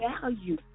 value